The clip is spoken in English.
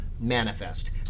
manifest